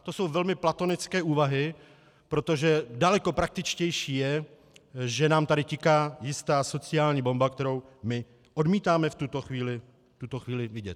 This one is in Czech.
To jsou velmi platonické úvahy, protože daleko praktičtější je, že nám tady tiká jistá sociální bomba, kterou my odmítáme v tuto chvíli vidět.